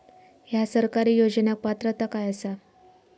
हया सरकारी योजनाक पात्रता काय आसा?